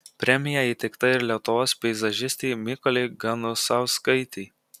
premija įteikta ir lietuvos peizažistei mykolei ganusauskaitei